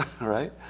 right